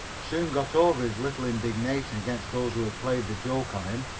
soon got over his little indignation against those who had played the joke on him.